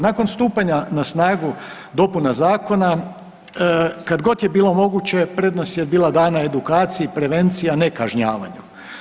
Nakon stupanja na snagu dopuna zakona, kad god je bilo moguće, prednost je bila dana edukaciji, prevenciji, a ne kažnjavanju.